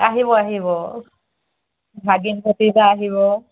আহিব আহিব ভাগিন ভতিজা আহিব